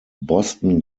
boston